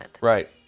Right